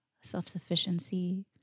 self-sufficiency